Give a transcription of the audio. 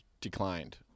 declined